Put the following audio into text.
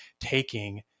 taking